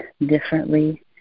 differently